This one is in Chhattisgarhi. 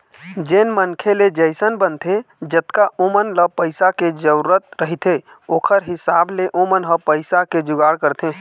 जेन मनखे ले जइसन बनथे जतका ओमन ल पइसा के जरुरत रहिथे ओखर हिसाब ले ओमन ह पइसा के जुगाड़ करथे